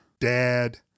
dad